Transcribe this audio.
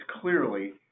clearly